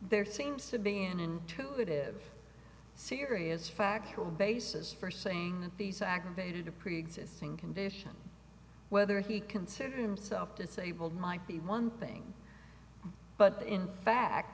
there seems to be an intuitive serious factual basis for saying these aggravated a preexisting condition whether he considers himself disabled might be one thing but in fact